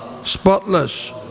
Spotless